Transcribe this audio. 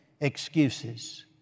excuses